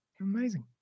Amazing